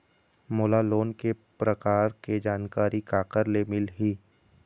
मोला लोन के प्रकार के जानकारी काकर ले मिल ही?